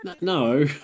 No